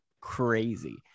crazy